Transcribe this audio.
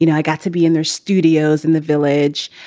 you know i got to be in their studios in the village.